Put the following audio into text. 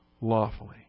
lawfully